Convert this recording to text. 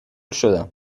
شدم